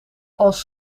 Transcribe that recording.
als